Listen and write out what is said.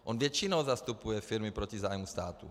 On většinou zastupuje firmy proti zájmům státu.